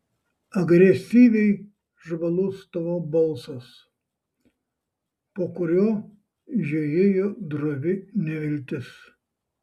agresyviai žvalus tavo balsas po kuriuo žiojėjo drovi neviltis